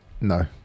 no